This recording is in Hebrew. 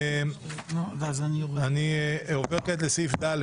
אני עובר לסעיף ד',